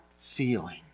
feeling